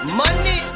money